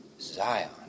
Zion